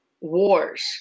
wars